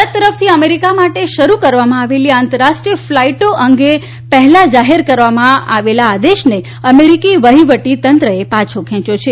ભારત તરફથી અમેરિકા માટે શરૂ કરવામાં આવેલી આંતરરષ્ટ્રીય ફ્લાઇટો અંગે પહેલાં જાહેર કરવામાં આવેલા આદેશને અમેરિકી વહીવટી તંત્રે પાછો ખેંચ્યો છે